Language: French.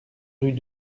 rue